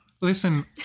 Listen